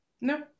No